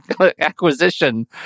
acquisition